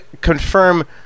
confirm